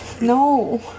No